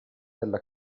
della